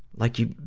like you,